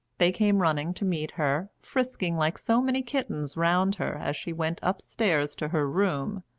they came running to meet her, frisking like so many kittens round her as she went upstairs to her room,